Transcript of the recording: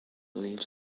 leaves